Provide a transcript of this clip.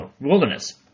wilderness